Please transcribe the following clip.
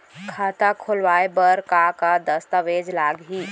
खाता खोलवाय बर का का दस्तावेज लागही?